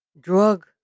drug